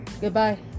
goodbye